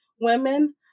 women